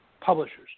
publishers